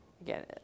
again